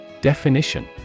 Definition